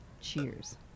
Cheers